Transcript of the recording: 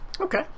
Okay